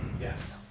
Yes